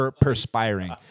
perspiring